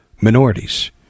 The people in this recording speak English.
minorities